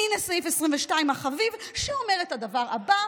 הינה סעיף 22 החביב, שאומר את הדבר הבא.